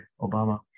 Obama